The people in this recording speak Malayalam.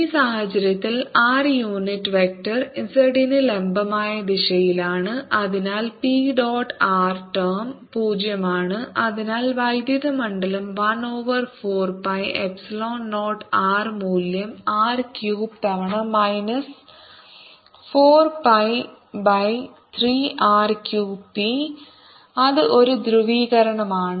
ഈ സാഹചര്യത്തിൽ r യൂണിറ്റ് വെക്റ്റർ z ന് ലംബമായ ദിശയിലാണ് അതിനാൽ p dot r ടേം 0 ആണ് അതിനാൽ വൈദ്യുത മണ്ഡലം 1 ഓവർ 4 പൈ എപ്സിലോൺ 0 r മൂല്യം r ക്യൂബ് തവണ minus 4 pi by 3 r cube p അത് ഒരു ധ്രുവീകരണമാണ്